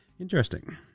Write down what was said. interesting